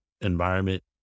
environment